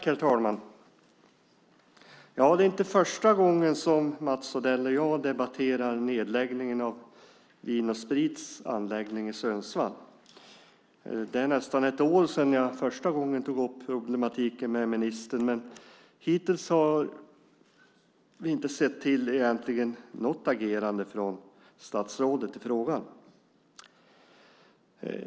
Herr talman! Det är inte första gången Mats Odell och jag debatterar nedläggningen av Vin & Sprits anläggning i Sundsvall. Det är nästan ett år sedan jag första gången tog upp problematiken med ministern, men hittills har vi egentligen inte sett till något agerande från statsrådet i frågan.